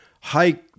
hike